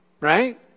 right